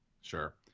Sure